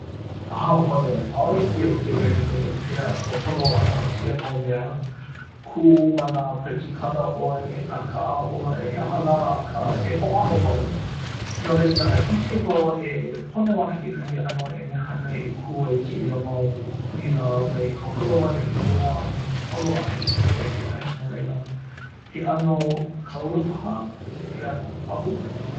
ʻaʻole! ʻaʻole hiki iaʻu ke wehewehe pehea ka holo ʻana o kēia mau mea kū ma nā paikikala ʻoe, nā kaʻa ʻoe, he aha lā, akā e hoʻāʻo wau. no laila ʻike wau e pono ana kekahi ʻano ʻenehana e kū ai kēia mau huila mai ka holo ʻana i mua a me ka holo ʻana i hope kekahi no laila. he ʻano kaula, paha? he ʻano pahu?